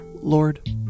Lord